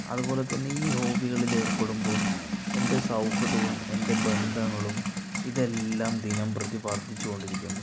അതുപോലെതന്നെ ഈ ഹോബികളില് ഏർപ്പെടുമ്പോൾ എൻ്റെ സൗഹൃദവും എൻ്റെ ബന്ധങ്ങളും ഇതെല്ലാം ദിനം പ്രതി വർദ്ധിച്ചു കൊണ്ടിരിയ്ക്കുന്നു